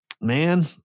man